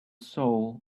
soul